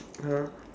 (uh huh)